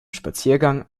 spaziergang